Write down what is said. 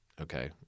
Okay